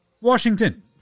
Washington